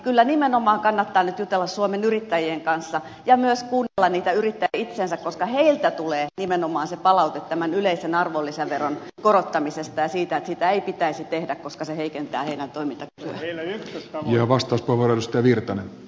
kyllä nimenomaan kannattaa nyt jutella suomen yrittäjien kanssa ja myös kuunnella niitä yrittäjiä itseänsä koska heiltä tulee nimenomaan se palaute tämän yleisen arvonlisäveron korottamisesta ja siitä että sitä ei pitäisi tehdä koska se heikentää enää toimita pelejä ja vasta heidän toimintakykyään